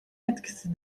etkisi